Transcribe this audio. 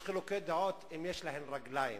יש חילוקי דעות אם יש להן רגליים.